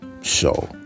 show